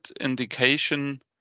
indication